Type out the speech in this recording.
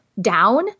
down